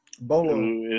Bolo